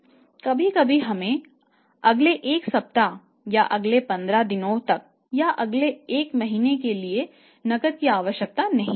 कभी कभी हमें अगले एक सप्ताह या अगले 15 दिनों तक या अगले 1 महीने के लिए नकद की आवश्यकता नहीं होती है